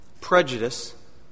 prejudice